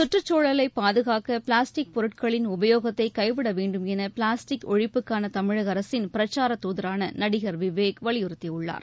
சுற்றுச் சூழலை பாதுகாக்க பிளாஸ்டிக் பொருட்களின் உபயோகத்தை கைவிட வேண்டும் என பிளாஸ்டிக் ஒழிப்புக்கான தமிழக அரசின் பிரச்சாரத் தூதரான நடிகர் விவேக் வலியுறுத்தியுள்ளார்